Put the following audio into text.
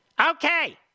Okay